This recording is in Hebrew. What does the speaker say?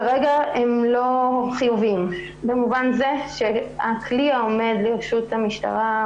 כרגע הם לא חיוביים במובן זה שהכלי העומד לרשות המשטרה,